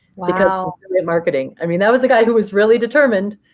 like um marketing. i mean, that was a guy who was really determined,